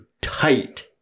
tight